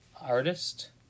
artist